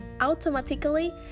automatically